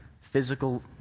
physical